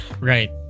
Right